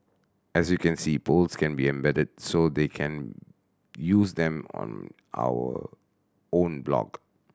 as you can see polls can be embedded so they can use them on our own blog